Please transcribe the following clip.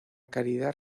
caridad